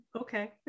okay